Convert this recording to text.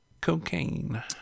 cocaine